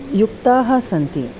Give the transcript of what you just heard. युक्ताः सन्ति